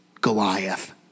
Goliath